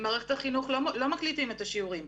במערכת החינוך לא מקליטים את השיעורים.